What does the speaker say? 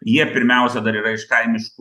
jie pirmiausia dar yra iš kaimiškų